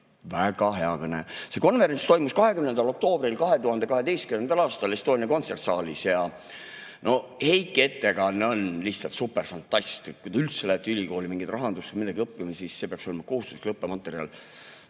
Väga hea kõne! See konverents toimus 20. oktoobril 2012. aastal Estonia kontserdisaalis. Heiki ettekanne on lihtsalt super! Fantast! Kui te lähete ülikooli mingit rahandust või midagi õppima, siis see peaks olema kohustuslik õppematerjal.